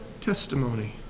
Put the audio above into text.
testimony